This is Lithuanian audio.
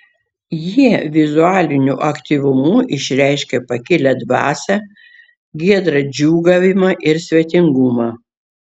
jie vizualiniu aktyvumu išreiškė pakilią dvasią giedrą džiūgavimą ir svetingumą